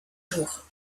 jours